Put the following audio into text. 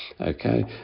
Okay